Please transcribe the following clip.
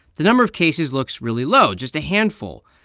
the number of cases looks really low just a handful.